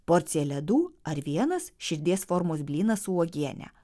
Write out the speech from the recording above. porcija ledų ar vienas širdies formos blynas su uogiene